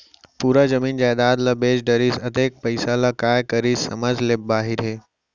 पूरा जमीन जयजाद ल बेच डरिस, अतेक पइसा ल काय करिस समझ ले बाहिर हे